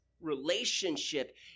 relationship